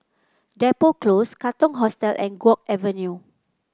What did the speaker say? Depot Close Katong Hostel and Guok Avenue